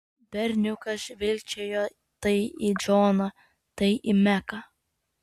berniukas žvilgčiojo tai į džoną tai į meką